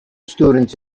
students